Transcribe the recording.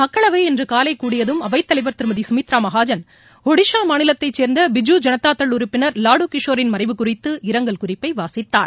மக்களவை இன்று காலை கூடியதும் அவைத்தலைவர் திருமதி சுமித்ரா மகாஜன் ஒடிசா மாநிலத்தைச் சேர்ந்த பிஜூ ஜனதாதள் உறுப்பினர் லாடு கிஷோரின் மறைவு குறித்து இரங்கல் குறிப்பை வாசித்தார்